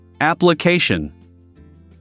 Application